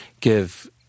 give